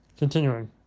Continuing